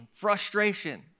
frustration